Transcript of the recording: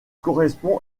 correspond